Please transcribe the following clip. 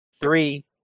Three